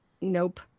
Nope